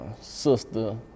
sister